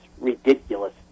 ridiculous